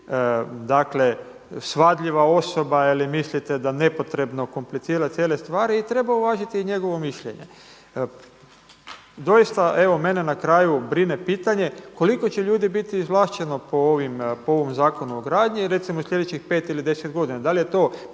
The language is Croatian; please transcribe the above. protivi svadljiva osoba ili mislite da nepotrebno komplicira cijele stvari i treba uvažiti i njegovo mišljenje. Doista evo mene na kraju brine pitanje, koliko će ljudi biti izvlašteno po ovom Zakonu o gradnji i recimo slijedećih pet ili deset godina da li je to